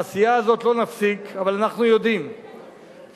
בעשייה הזאת לא נפסיק, אבל אנחנו יודעים שהנטל